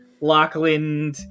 Lachlan